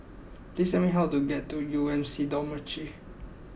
please tell me how to get to U M C Dormitory